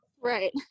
Right